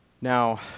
Now